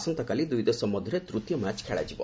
ଆସନ୍ତାକାଲି ଦୁଇ ଦେଶ ମଧ୍ୟରେ ତୃତୀୟ ମ୍ୟାଚ୍ ଖେଳାଯିବ